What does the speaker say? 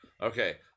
Okay